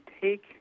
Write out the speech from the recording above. take